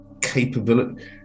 capability